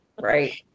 Right